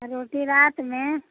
आओर रोटी रातमे